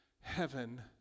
heaven